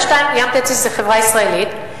"ים תטיס" זה חברה ישראלית,